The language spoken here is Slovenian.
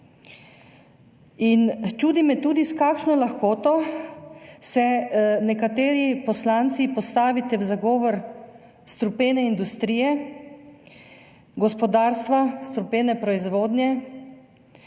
In čudi me tudi, s kakšno lahkoto se nekateri poslanci postavite v zagovor strupene industrije, gospodarstva, strupene proizvodnje